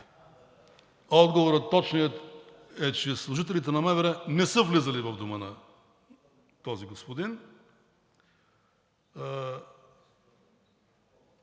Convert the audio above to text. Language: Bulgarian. отговор е, че служителите на МВР не са влизали в дома на този господин.